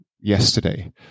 yesterday